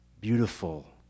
beautiful